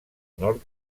nord